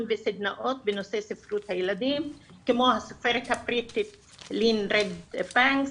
וסדנאות בנושא ספרות הילדים כמו הסופרת הבריטית לין ריד בנקס,